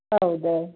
ಹೌದು